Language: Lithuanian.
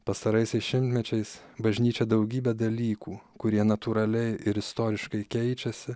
pastaraisiais šimtmečiais bažnyčia daugybę dalykų kurie natūraliai ir istoriškai keičiasi